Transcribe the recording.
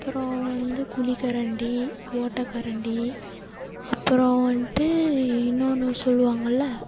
அப்புறம் வந்து குழிக்கரண்டி ஓட்டைக்கரண்டி அப்புறம் வந்துட்டு இன்னோன்று சொல்வாங்கள்லை